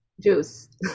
juice